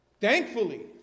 Thankfully